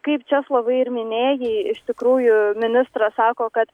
kaip česlovai ir minėjai iš tikrųjų ministras sako kad